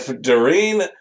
Doreen